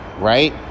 Right